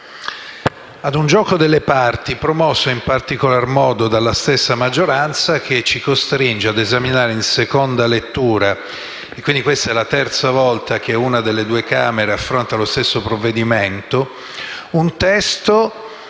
a un gioco delle parti promosso dalla stessa maggioranza, che ci costringe ad esaminare in seconda lettura - quindi questa è la terza volta che le Camere affrontano lo stesso provvedimento - un testo